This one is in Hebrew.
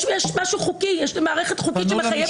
יש משהו חוקי, יש מערכת חוקית שמחייבת.